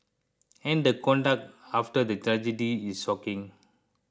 and the conduct after the tragedy is shocking